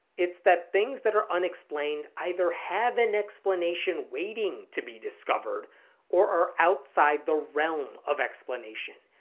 it's that things that are unexplained either have an explanation waiting to be discovered or are outside the realm of explanation.